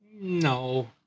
No